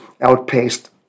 outpaced